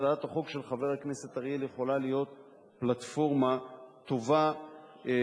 הצעת החוק של חבר הכנסת אריאל יכולה להיות פלטפורמה טובה לקדמם,